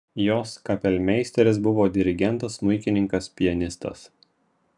jos kapelmeisteris buvo dirigentas smuikininkas pianistas